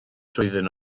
trwyddyn